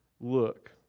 look